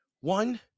One